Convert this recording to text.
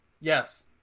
Yes